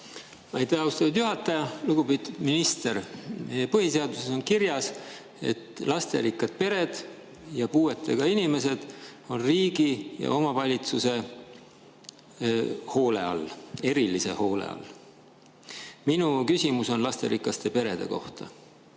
Aitäh, austatud juhataja! Lugupeetud minister! Põhiseaduses on kirjas, et lasterikkad pered ja puuetega inimesed on riigi ja omavalitsuse erilise hoole all. Minu küsimus on lasterikaste perede kohta.